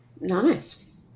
nice